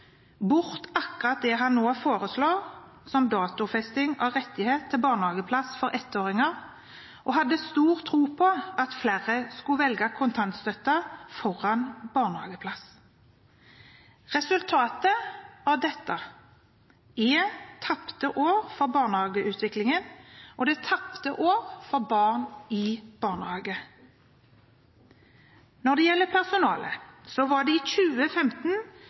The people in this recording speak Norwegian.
bort akkurat det han nå foreslår, som datofesting av rett til barnehageplass for ettåringer, og hadde stor tro på at flere skulle velge kontantstøtte foran barnehageplass. Resultatet var dette: tapte år for barnehageutviklingen og tapte år for barn i barnehage. Når det gjelder personalet, var det i 2015